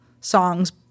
songs